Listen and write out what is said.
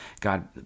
God